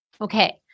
Okay